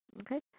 okay